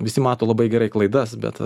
visi mato labai gerai klaidas bet